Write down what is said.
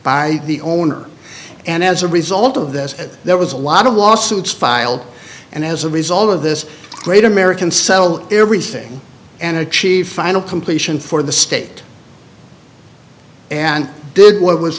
by the owner and as a result of that there was a lot of lawsuits filed and as a result of this great american sell everything and achieve final completion for the state and did what was